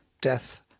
Death